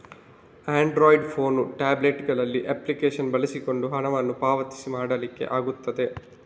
Android phone, tablet ಗಳಲ್ಲಿ application ಬಳಸಿಕೊಂಡು ಹಣವನ್ನ ಪಾವತಿ ಮಾಡ್ಲಿಕ್ಕೆ ಆಗ್ತದೆ